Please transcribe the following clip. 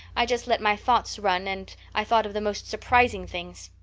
i just let my thoughts run and i thought of the most surprising things.